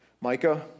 Micah